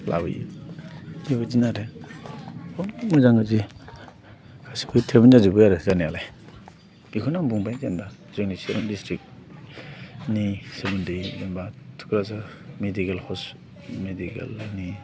लाबोयो बेबायदिनो आरो बेयावनो मोजां गाज्रि गासैबो ट्रिटमेन्ट जाजोबो आरो जानायालाय बेखौनो आं बुंबाय जेनेबा जोंनि चिरां ड्रिस्ट्रिक्टनि सोमोन्दै जेनेबा थुक्राझार मेडिकेल नि